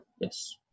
Yes